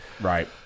Right